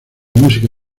música